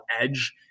edge